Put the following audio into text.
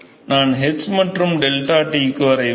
நான் h மற்றும் 𝝙T க்கு வரைவேன்